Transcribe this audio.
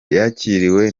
yakiriwe